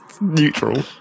neutral